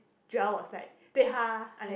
Joel was like 对她 I mean